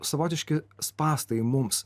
savotiški spąstai mums